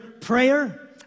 prayer